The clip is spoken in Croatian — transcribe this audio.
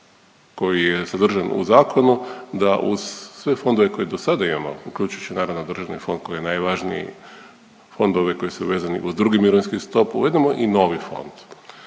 koji je sadržan u zakonu da uz sve fondove koje dosada imamo uključujući naravno državni fond koji je najvažniji, fondovi koji su vezani uz II. mirovinski stup ujedno i novi fond.